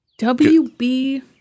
WB